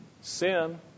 sin